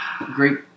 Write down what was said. great